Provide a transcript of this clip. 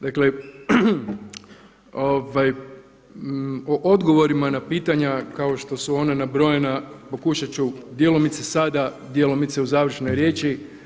Dakle, o odgovorima na pitanja kao što su ona nabrojana pokušati ću djelomice sada, djelomice u završnoj riječi.